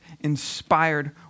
inspired